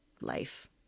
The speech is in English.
life